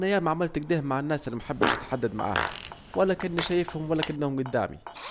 انا ياما عملت اكده مع الناس الي محبش اتحدد معاهم، ولا كاني شايفهم ولا كانهم جدامي